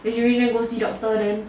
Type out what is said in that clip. if you wanna go see doctor then